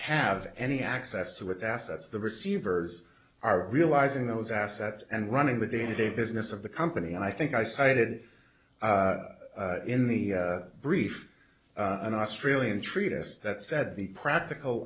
have any access to its assets the receivers are realizing those assets and running the day to day business of the company and i think i cited in the brief an australian treatise that said the practical